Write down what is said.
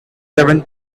seven